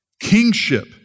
kingship